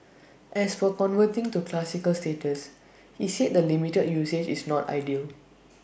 as for converting to classic status he said the limited usage is not ideal